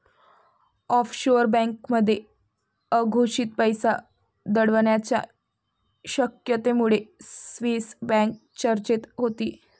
offshore बँकांमध्ये अघोषित पैसा दडवण्याच्या शक्यतेमुळे स्विस बँक चर्चेत होती